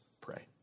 pray